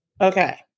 Okay